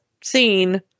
seen